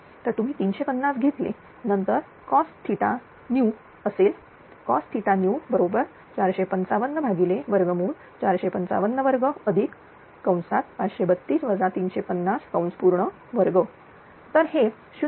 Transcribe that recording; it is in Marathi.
तर तुम्ही 350 घेतले नंतर cosnew असेल cosnew 45545522 तर हे 0